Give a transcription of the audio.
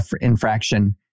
infraction